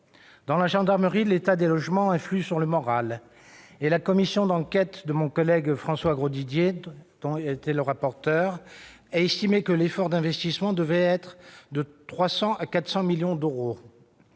Dans la gendarmerie, l'état des logements influe sur le moral. La commission d'enquête dont mon collègue François Grosdidier était le rapporteur a évalué l'effort d'investissement nécessaire à un niveau de 300 à 400 millions d'euros.